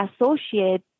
associate